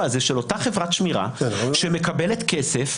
הזה של אותה חברת שמירה שמקבלת כסף,